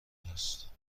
هست